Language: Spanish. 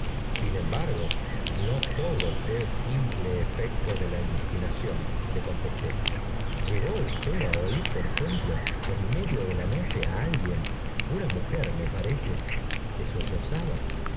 sin embargo no todo fue simple efecto de la imaginación le contesté llegó usted á oir por ejemplo en medio de la noche á alguien una mujer me parece que